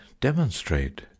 demonstrate